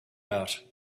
out